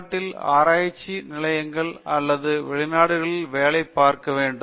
விஸ்வநாதன் வெளிநாட்டில் ஆராய்ச்சி நிலைகளை அல்லது வெளிநாடுகளில் வேலை பார்க்க வேண்டும்